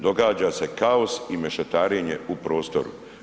Događa se kaos i mešetarenje u prostoru.